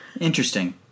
Interesting